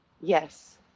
Yes